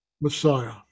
Messiah